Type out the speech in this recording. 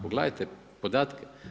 Pogledajte podatke.